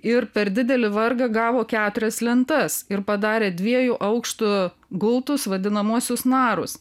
ir per didelį vargą gavo keturias lentas ir padarė dviejų aukštų gultus vadinamuosius narus